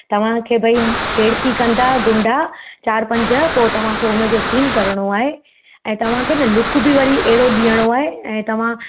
तव्हांखे भाई छेड़ती कंदा गुंडा चार पंज पोइ त उन जो सिन करिणो आहे ऐं तव्हांखे न लुक बि वरी अहिड़ो ॾियणो आहे ऐं तव्हां